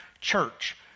church